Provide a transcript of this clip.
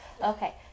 Okay